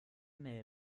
mail